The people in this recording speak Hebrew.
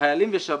חיילים ושב"ס.